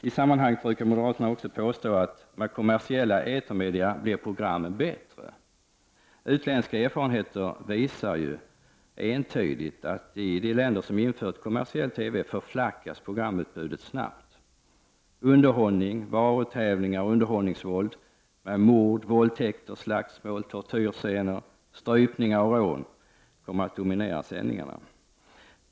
I sammanhanget brukar moderaterna också påstå att programmen blir bättre med kommersiella etermedia. Utländska erfarenheter visar ju entydigt att programutbudet i de länder som infört kommersiell TV förflackas snabbt. Underhållning, varutävlingar och underhållningsvåld, med mord, våldtäkter, slagsmål, tortyrscener, strypningar och rån kommer att dominera sändningarna.